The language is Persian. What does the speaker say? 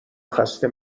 خسته